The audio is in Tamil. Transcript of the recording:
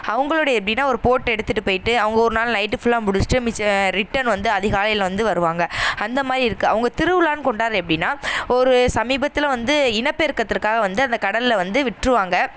அவுங்களுடைய எப்படின்னா ஒரு போட் எடுத்துகிட்டு போய்ட்டு அவங்க ஒரு நாள் நைட்டு ஃபுல்லாக முடிச்சுட்டு மிச்சம் ரிட்டன் வந்து அதிகாலையில் வந்து வருவாங்க அந்தமாதிரி இருக்கு அவங்க திருவிழான்னு கொண்டாடுறது எப்படின்னா ஒரு சமீபத்தில் வந்து இனப்பெருக்கத்திற்காக வந்து அந்த கடலில் வந்து விட்டுருவாங்க